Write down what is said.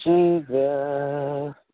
Jesus